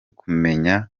kumenya